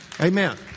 Amen